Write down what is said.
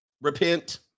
Repent